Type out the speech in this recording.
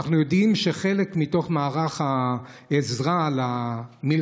אנחנו יודעים שחלק מתוך מערך העזרה למלחמה